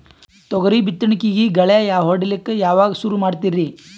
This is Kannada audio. ತೊಗರಿ ಬಿತ್ತಣಿಕಿಗಿ ಗಳ್ಯಾ ಹೋಡಿಲಕ್ಕ ಯಾವಾಗ ಸುರು ಮಾಡತೀರಿ?